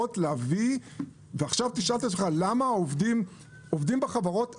אפשר לשאול למה עובדים בחברות,